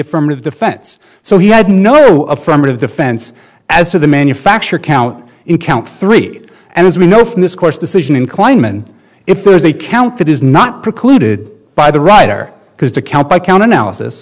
affirmative defense so he had no affirmative defense as to the manufacture count in count three and as we know from this course decision in kleinman if there is a count that is not precluded by the writer because the count by count analysis